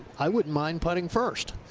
i wouldn't mind putting first.